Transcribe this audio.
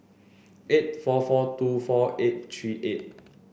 eight four four two four eight three eight